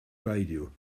beidio